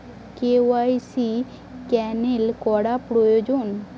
KYC cancel করা প্রয়োজন?